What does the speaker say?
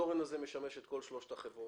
התורן הזה משמש את כל שלוש החברות.